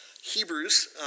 Hebrews